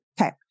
Okay